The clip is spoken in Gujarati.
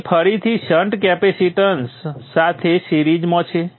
પછી ફરીથી શંટ કેપેસીટન્સ સાથે સિરીઝમાં છે